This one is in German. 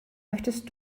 möchtest